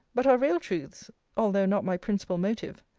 but are real truths although not my principal motive.